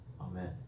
Amen